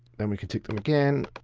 then we can tick them again